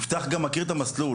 יפתח גם מכיר את המסלול.